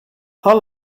how